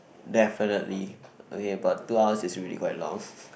definitely okay but two hours is really quite long